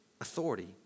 authority